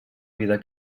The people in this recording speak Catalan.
vida